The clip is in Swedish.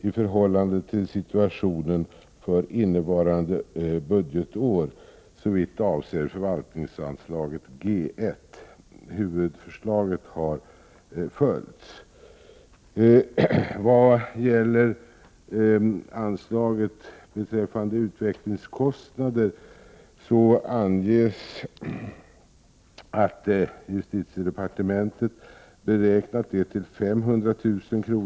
i förhållande till situationen för innevarande budgetår såvitt avser förvaltningsanslaget G 1. Huvudförslaget har följts. Beträffande anslaget G 2 Utvecklingskostnader anges i betänkandet vidare att justitieministern under anslaget beräknat 500 000 kr.